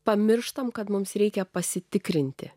pamirštam kad mums reikia pasitikrinti